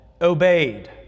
obeyed